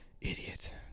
Idiot